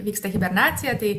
vyksta hibernacija tai